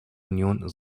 union